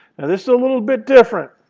this is a little bit different.